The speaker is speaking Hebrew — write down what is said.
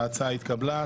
ההצעה התקבלה.